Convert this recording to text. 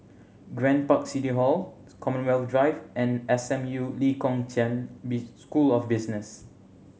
Grand Park City Hall Commonwealth Drive and S M U Lee Kong Chian Be School of Business